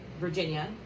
Virginia